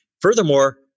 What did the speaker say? Furthermore